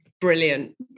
brilliant